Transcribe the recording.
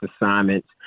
assignments